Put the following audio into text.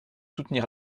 soutenir